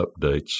updates